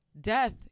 Death